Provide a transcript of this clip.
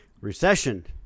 Recession